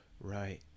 right